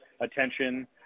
attention